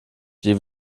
die